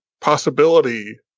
possibility